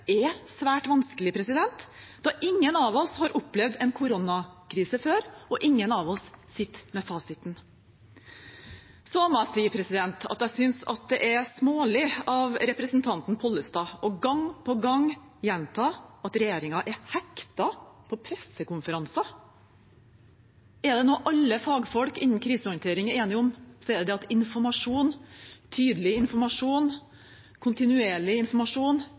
er svært vanskelig, for ingen av oss har opplevd en koronakrise før, og ingen av oss sitter med fasiten. Jeg synes det er smålig av representanten Pollestad gang på gang å gjenta at regjeringen er hektet på pressekonferanser. Er det noe alle fagfolk innen krisehåndtering er enige om, er det at informasjon – tydelig informasjon, kontinuerlig informasjon